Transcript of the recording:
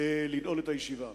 לנעול את הישיבה.